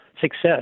success